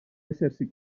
essersi